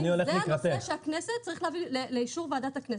האם זה הנושא שצריך להביא לאישור ועדת הכנסת?